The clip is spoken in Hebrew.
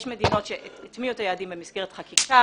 יש מדינות שהטמיעו את היעדים במסגרת חקיקה